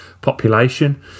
population